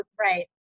Right